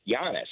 Giannis